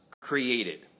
created